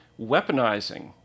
weaponizing